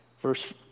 Verse